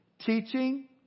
Teaching